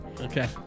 Okay